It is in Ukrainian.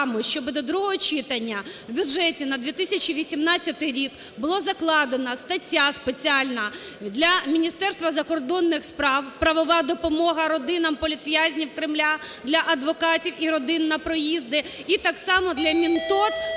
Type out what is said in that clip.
щоби до другого читання в бюджеті на 2018 рік була закладена стаття спеціальна: для Міністерства закордонних справ правова допомога родинам політв'язнів Кремля, для адвокатів і родин на проїзди, і так само для МінТОТ